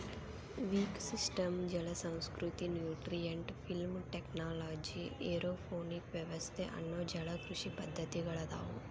wick system ಜಲಸಂಸ್ಕೃತಿ, nutrient film technology, aeroponic ವ್ಯವಸ್ಥೆ ಅನ್ನೋ ಜಲಕೃಷಿ ಪದ್ದತಿಗಳದಾವು